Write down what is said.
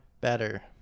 Better